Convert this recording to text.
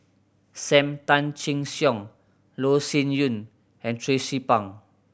Sam Tan Chin Siong Loh Sin Yun and Tracie Pang